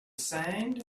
sand